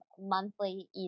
monthly